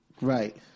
Right